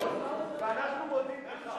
ואנחנו מודים לך.